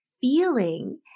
feeling